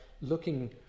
looking